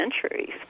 centuries